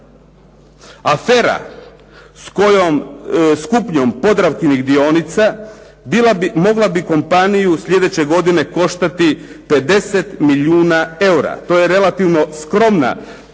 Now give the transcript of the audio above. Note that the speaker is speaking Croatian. Afera s kojom kupnjom Podravkinih dionica mogla bi kompaniju sljedeće godine koštati 50 milijuna eura, to je relativno skromna